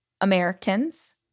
Americans